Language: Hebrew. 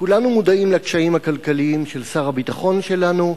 כולנו מודעים לקשיים הכלכליים של שר הביטחון שלנו,